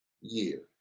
year